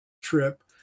trip